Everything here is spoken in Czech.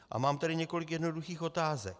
A mám tedy několik jednoduchých otázek.